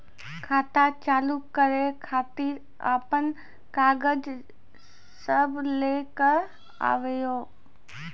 खाता चालू करै खातिर आपन कागज सब लै कऽ आबयोक?